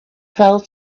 fell